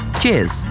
cheers